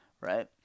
right